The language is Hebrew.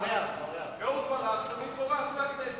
אהוד ברק תמיד בורח מהכנסת,